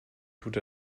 tut